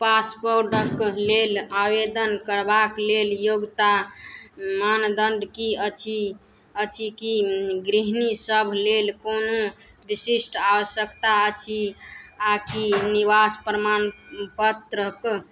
पासपोर्टक लेल आवेदन करबाक लेल योग्यता मानदंड कि अछि अछि की गृहिणी सभ लेल कोनो विशिष्ट आवश्यकता अछि आ कि निवास प्रमाण पत्रक